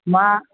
मां